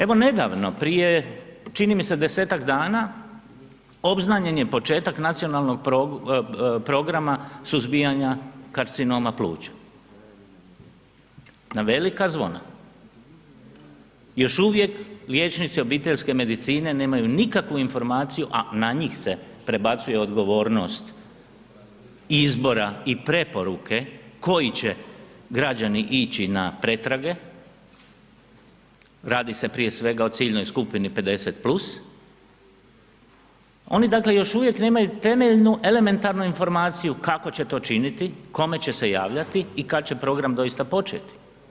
Evo nedavno prije čini mi se desetak dana obznanjen je početak Nacionalnog programa suzbijanja karcinoma pluća na velika zvona, još uvijek liječnici obiteljske medicine nemaju nikakvu informaciju, a njih se prebacuje odgovornost izbora i preporuke koji će građani ići na pretrage, radi se prije svega o ciljnoj skupni 50+, oni dakle još uvijek nemaju temelju elementarnu informaciju kako će to činiti, kome će se javljati i kada će program doista početi.